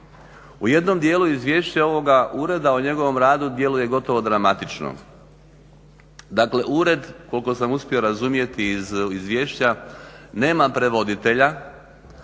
U jednom dijelu izvješća ovoga ureda o njegovom radu djeluje gotovo dramatično. Dakle ured koliko sam uspio razumjeti iz izvješća nema prevoditelja,